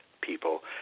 people